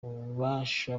ububasha